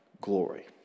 glory